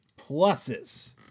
pluses